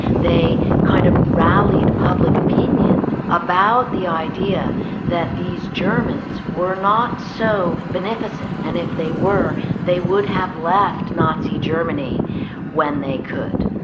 they kind of rallied public opinion about the idea that these germans were not so beneficent. and if they were, they would have left nazi germany when they could